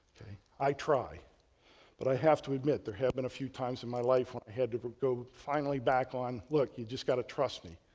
i try but i have to admit there have and a few times in my life when i had to go finally back on, look, you just got to trust me.